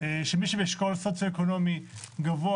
מי שבאשכול סוציואקונומי גבוה,